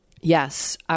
Yes